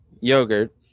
yogurt